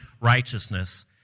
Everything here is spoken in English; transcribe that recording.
righteousness